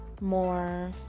more